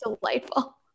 delightful